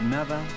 Nada